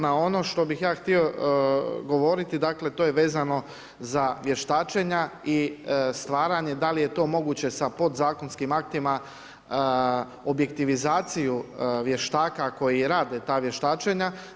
No ono što bih ja htio govoriti dakle to je vezano za vještačenja i stvaranje da li je to moguće sa podzakonskim aktima, objektivizaciju vještaka koji rade ta vještačenja.